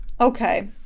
Okay